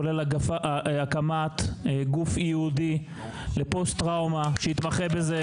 כולל הקמת גוף ייעודי לפוסט טראומה שיתמחה בזה.